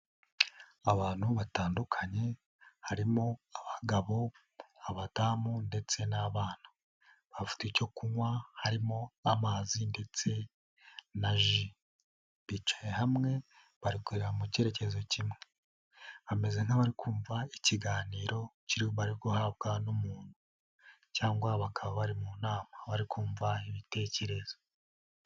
Abantu batandukanye harimo abagabo, abadamu ndetse n'abana, bafite icyo kunywa harimo amazi ndetse na ji, bicaye hamwe bari kureba mu cyerekezo kimwe, bameze nk'abari kumva ikiganiro bari guhabwa n'umuntu cyangwa bakaba bari mu nama bari kumva ibitekerezo.